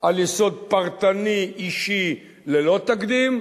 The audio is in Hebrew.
על יסוד פרטני אישי ללא תקדים,